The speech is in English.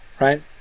right